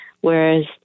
whereas